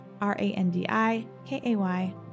r-a-n-d-i-k-a-y